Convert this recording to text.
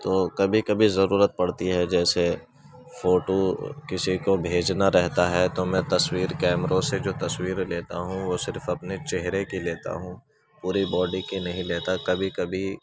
تو کبھی کبھی ضرورت پڑتی ہے جیسے فوٹو کسی کو بھیجنا رہتا ہے تو میں تصویر کیمروں سے جو تصویر لیتا ہوں وہ صرف اپنے چہرہ کی لیتا ہوں پوری باڈی کی نہیں لیتا کبھی کبھی